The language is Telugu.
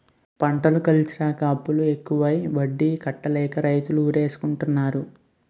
పంటలు కలిసిరాక అప్పులు ఎక్కువై వడ్డీలు కట్టలేక రైతులు ఉరేసుకుంటన్నారు